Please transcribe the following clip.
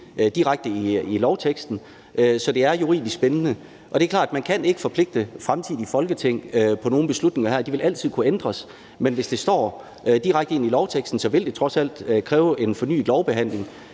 direkte ind i lovteksten, så det er juridisk bindende. Det er klart, at man ikke kan forpligte fremtidige Folketing på nogle beslutninger her. Det vil altid kunne ændres, men hvis det står direkte i lovteksten, vil det trods alt kræve en fornyet lovbehandling,